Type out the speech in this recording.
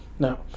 No